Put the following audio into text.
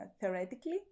theoretically